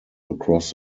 across